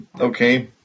okay